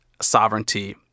sovereignty